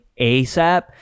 ASAP